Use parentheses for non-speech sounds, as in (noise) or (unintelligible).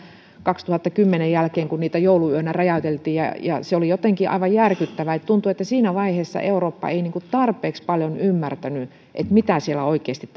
kaksituhattakymmenen jälkeen kun niitä jouluyönä räjäyteltiin ja ja se oli jotenkin aivan järkyttävää tuntui että siinä vaiheessa eurooppa ei tarpeeksi paljon ymmärtänyt mitä siellä oikeasti (unintelligible)